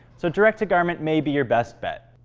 so direct to garment may be your best bet.